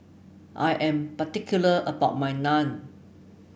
I am particular about my Naan